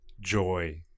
joy